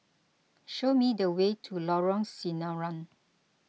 show me the way to Lorong Sinaran